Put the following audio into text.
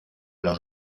los